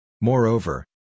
Moreover